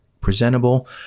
presentable